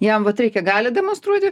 jam vat reikia galią demonstruoti